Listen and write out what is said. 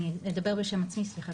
אני אדבר בשם בעצמי סליחה.